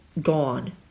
gone